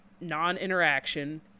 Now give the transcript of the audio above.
non-interaction